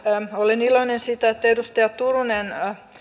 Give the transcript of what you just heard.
olen iloinen siitä että edustaja turunen